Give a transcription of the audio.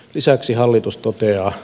lisäksi hallitus toteaa